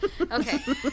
Okay